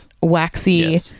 waxy